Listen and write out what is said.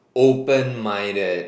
open minded